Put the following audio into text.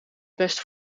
best